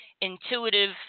intuitive